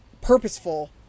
purposeful